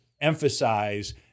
emphasize